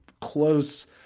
close